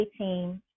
2018